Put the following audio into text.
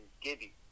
Gibby